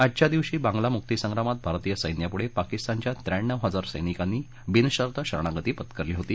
आजच्या दिवशी बांग्ला मुक्ती संग्रामात भारतीय सैन्यापुढे पाकिस्तानच्या त्र्याण्णव हजार सैनिकांनी बिनशर्त शरणागती पत्करली होती